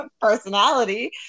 personality